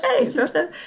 Okay